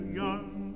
young